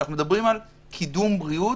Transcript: כשאנחנו מדברים על קידום בריאות,